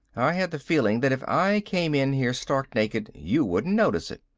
i had the feeling that if i came in here stark naked, you wouldn't notice it.